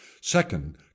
Second